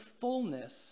fullness